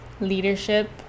leadership